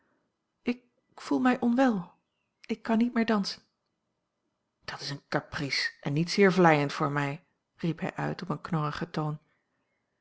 ik voel mij onwel ik kan niet meer dansen dat is eene caprice en niet zeer vleiend voor mij riep hij uit op een knorrigen toon